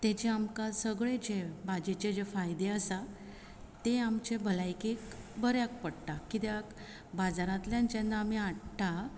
ताजी आमकां सगळे जे भाजीचे जे फायदे आसा ते आमचे भलायकेक बऱ्याक पडटा कित्याक बाजारांतल्यान जेन्ना आमी हाडटा